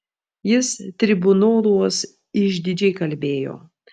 jis tribunoluos išdidžiai kalbėjo